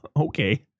okay